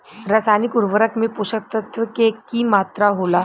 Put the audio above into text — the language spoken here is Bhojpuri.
रसायनिक उर्वरक में पोषक तत्व के की मात्रा होला?